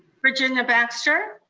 virginia baxter.